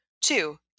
Two